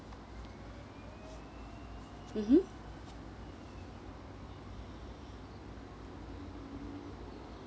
mmhmm